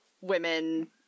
women